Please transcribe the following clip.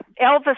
Elvis